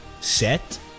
set